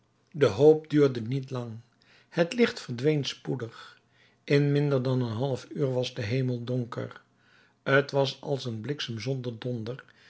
de hoop duurde niet lang het licht verdween spoedig in minder dan een half uur was de hemel donker t was als een bliksem zonder donder